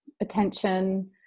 attention